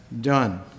done